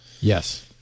Yes